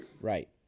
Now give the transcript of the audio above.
right